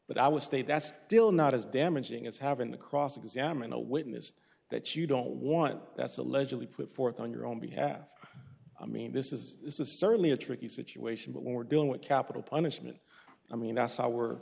but i would state that's still not as damaging as having the cross examine a witness that you don't want that's allegedly put forth on your own behalf i mean this is this is certainly a tricky situation but we're dealing with capital punishment i mean that's